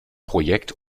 projekt